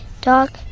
dog